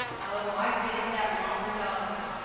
oh, i faced that long ago,